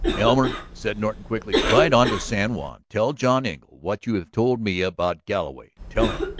elmer, said norton quickly, ride on to san juan. tell john engle what you have told me about galloway. tell him.